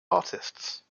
artists